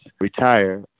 retire